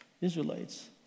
Israelites